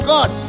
God